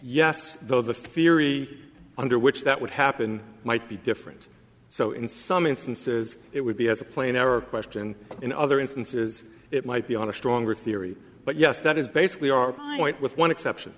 yes though the theory under which that would happen might be different so in some instances it would be as a plain error question in other instances it might be on a stronger theory but yes that is basically our point with one exception